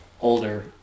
older